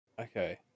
Okay